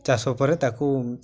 ଚାଷ ପରେ ତାକୁ